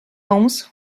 homes